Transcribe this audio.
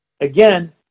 Again